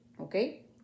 okay